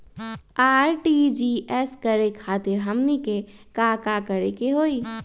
RTGS करे खातीर हमनी के का करे के हो ई?